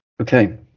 Okay